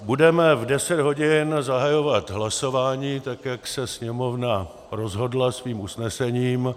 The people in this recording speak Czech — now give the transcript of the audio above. Budeme v 10 hodin zahajovat hlasování, tak jak se Sněmovna rozhodla svým usnesením.